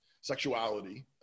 sexuality